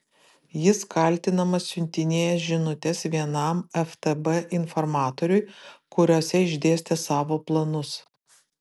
jis kaltinamas siuntinėjęs žinutes vienam ftb informatoriui kuriose išdėstė savo planus